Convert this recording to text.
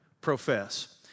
profess